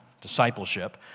discipleship